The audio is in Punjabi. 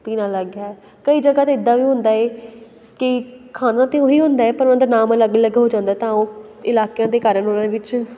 ਪੀਣਾ ਅਲੱਗ ਹੈ ਕਈ ਜਗ੍ਹਾ 'ਤੇ ਇੱਦਾਂ ਵੀ ਹੁੰਦਾ ਹੈ ਕਿ ਖਾਣਾ ਤਾਂ ਉਹ ਹੀ ਹੁੰਦਾ ਪਰ ਉਹਨਾਂ ਦਾ ਨਾਮ ਅਲੱਗ ਅਲੱਗ ਹੋ ਜਾਂਦਾ ਤਾਂ ਉਹ ਇਲਾਕਿਆਂ ਦੇ ਕਾਰਣ ਉਹਨਾਂ ਦੇ ਵਿੱਚ